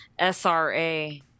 SRA